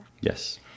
Yes